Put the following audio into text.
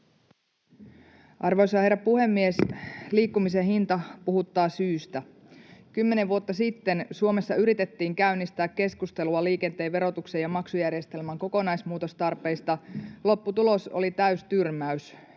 Arvoisa herra puhemies! Liikkumisen hinta puhuttaa syystä. Kymmenen vuotta sitten Suomessa yritettiin käynnistää keskustelua liikenteen verotuksen ja maksujärjestelmän kokonaismuutostarpeista. Lopputulos oli täystyrmäys,